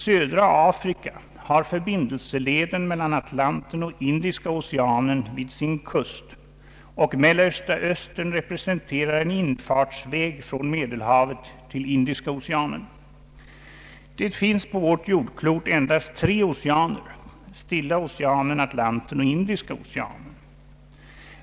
Södra Afrika har förbindelseleden mellan Atlanten och Indiska oceanen vid sin kust och Mellersta Östern representerar en infartsväg från Medelhavet till Indiska oceanen. Det finns på vårt jordklot endast tre oceaner: Stilla oceanen, Atlanten och Indiska oceanen.